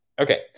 Okay